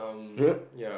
yup